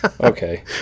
Okay